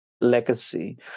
legacy